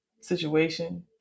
situation